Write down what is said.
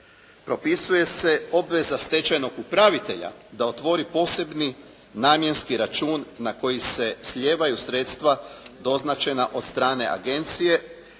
Propisuje se obveza stečajnog upravitelja da otvori posebni namjenski račun na koji se slijevaju sredstva doznačena od strane agencije.